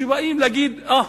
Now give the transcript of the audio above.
שבאים להגיד: אה,